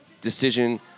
decision